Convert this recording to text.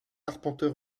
arpenteur